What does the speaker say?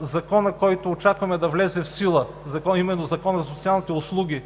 Закона, който очакваме да влезе в сила, а именно Законът за социалните услуги